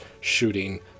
shooting